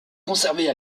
conservées